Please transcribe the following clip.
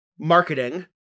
Marketing